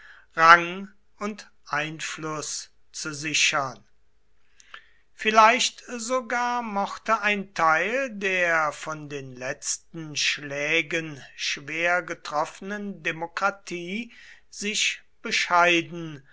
rang und einfluß zu sichern vielleicht sogar mochte ein teil der von den letzten schlägen schwer getroffenen demokratie sich bescheiden